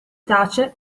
tace